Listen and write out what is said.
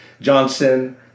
Johnson